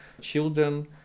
children